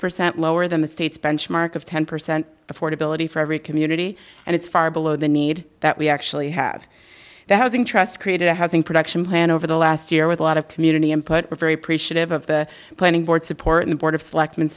percent lower than the state's benchmark of ten percent affordability for every community and it's far below the need that we actually have the housing trust created a housing production plan over the last year with a lot of community input very appreciative of the planning board support the board of